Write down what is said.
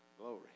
glory